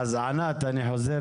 ענת הר אבן, אני חוזר